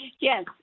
Yes